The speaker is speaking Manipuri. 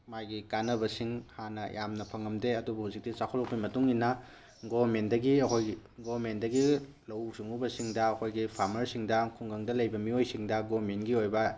ꯃꯥꯒꯤ ꯀꯥꯟꯅꯕꯁꯤꯡ ꯍꯥꯟꯅ ꯌꯥꯝꯅ ꯐꯪꯉꯝꯗꯦ ꯑꯗꯨꯕꯨ ꯍꯧꯖꯤꯛꯇꯤ ꯆꯥꯎꯈꯠꯂꯛꯄꯒꯤ ꯃꯇꯨꯡ ꯏꯟꯅ ꯒꯣꯃꯦꯟꯗꯒꯤ ꯂꯧꯎ ꯁꯤꯡꯎꯕꯁꯤꯡꯗ ꯑꯈꯣꯏꯒꯤ ꯐꯥꯔꯃ꯭ꯔꯁꯤꯡꯗ ꯈꯨꯡꯒꯪꯗ ꯂꯩꯕ ꯃꯤꯑꯣꯏꯁꯤꯡꯗ ꯒꯣꯃꯦꯟꯒꯤ ꯑꯣꯏꯕ